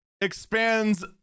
expands